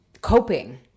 coping